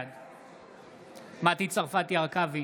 בעד מטי צרפתי הרכבי,